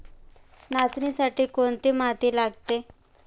नाचणीसाठी कोणती माती लागते?